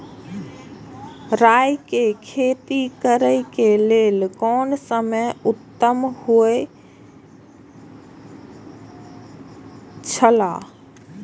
राय के खेती करे के लेल कोन समय उत्तम हुए छला?